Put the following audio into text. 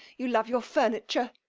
you love your furniture,